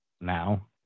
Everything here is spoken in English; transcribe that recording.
now